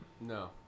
No